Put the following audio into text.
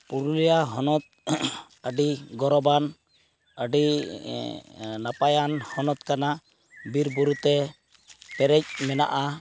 ᱯᱩᱨᱩᱞᱤᱭᱟᱹ ᱦᱚᱱᱚᱛ ᱟᱹᱰᱤ ᱜᱚᱨᱚᱵᱟᱱ ᱟᱹᱰᱤ ᱱᱟᱯᱟᱭᱟᱱ ᱦᱚᱱᱚᱛ ᱠᱟᱱᱟ ᱵᱤᱨ ᱵᱩᱨᱩᱛᱮ ᱯᱮᱨᱮᱡ ᱢᱮᱱᱟᱜᱼᱟ